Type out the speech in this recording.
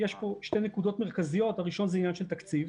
יש פה שתי נקודות מרכזיות: הראשונה היא עניין של תקציב